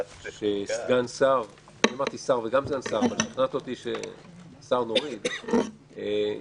ששר וגם סגן שר, אבל שכנעת אותי להוריד את השר,